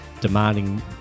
demanding